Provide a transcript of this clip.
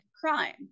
crime